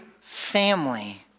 family